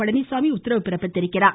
பழனிச்சாமி உத்தரவிட்டுள்ளார்